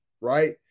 right